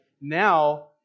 Now